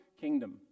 kingdom